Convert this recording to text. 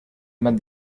matt